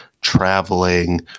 traveling